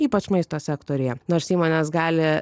ypač maisto sektoriuje nors įmonės gali